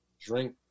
drink